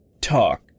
talk